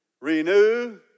Renew